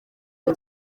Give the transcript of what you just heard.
cyo